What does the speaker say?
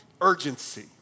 urgency